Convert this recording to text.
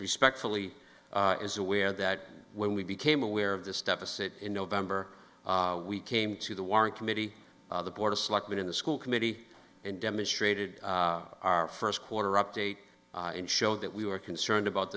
respectfully is aware that when we became aware of this deficit in november we came to the warren committee of the board of selectmen in the school committee and demonstrated our first quarter update and show that we were concerned about